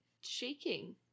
shaking